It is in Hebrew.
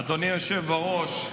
אדוני היושב בראש,